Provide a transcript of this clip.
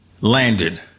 landed